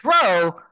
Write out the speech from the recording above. throw